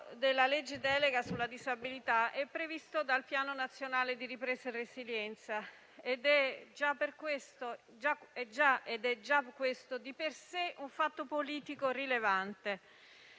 in materia di disabilità è previsto dal Piano nazionale di ripresa e resilienza e già questo di per sé è un fatto politico rilevante,